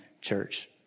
church